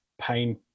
pain